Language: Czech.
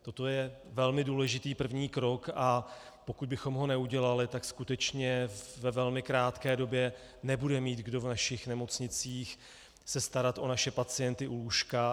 Toto je velmi důležitý první krok, a pokud bychom ho neudělali, tak skutečně ve velmi krátké době se nebude mít kdo v našich nemocnicích starat o naše pacienty u lůžka.